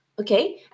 Okay